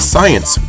Science